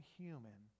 human